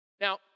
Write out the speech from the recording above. Now